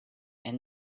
and